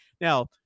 Now